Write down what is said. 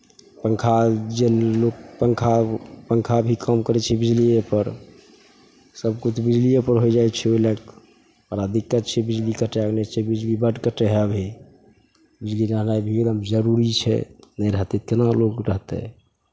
पङ्खा जे लोक पङ्खा पङ्खा भी काम करै छै बिजलिएपर सभकिछु बिजलिएपर होइ जाइ छै ओहि लए कऽ बड़ा दिक्कत छै बिजलीके टाइम नहि छै बिजली बड्ड कटै हइ अभी बिजली रहनाइ भी एकदम जरूरी छै नहि रहतै केना लोक रहतै